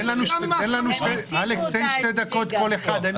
תן שתי דקות לכל אחד.